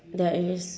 there is